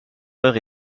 heures